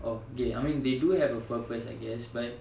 oh okay I mean they do have a purpose I guess but